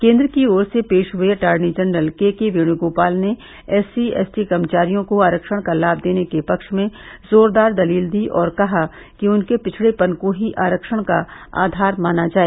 केन्द्र की ओर से पेश हए अटॉर्नी जनरल केकेवेणुगोपाल ने एससी एसटी कर्मचारियों को आरक्षण का लाभ देने के पेक्ष में जोरदार दलील दी और कहा कि उनके पिछड़ेपन को ही आरक्षण का आधार माना जाए